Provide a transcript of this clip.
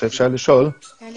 כמו